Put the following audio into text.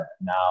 now